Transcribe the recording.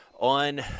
on